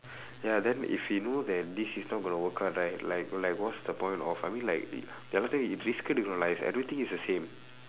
ya then if he know that this is not going to work out right like like what's the point of I mean like the other thing is going to realise I don't think he's the same